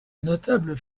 notables